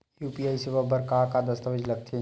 UPI सेवा बर का का दस्तावेज लगथे?